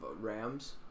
Rams